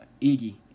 Iggy